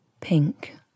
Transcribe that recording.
pink